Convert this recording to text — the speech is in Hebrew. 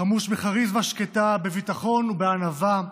חמוש בכריזמה שקטה, בביטחון ובענווה,